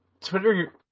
Twitter